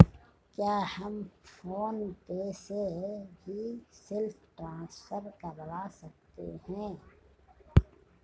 क्या हम PhonePe से भी सेल्फ ट्रांसफर करवा सकते हैं?